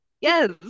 Yes